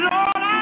Lord